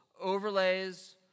overlays